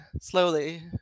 slowly